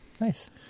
Nice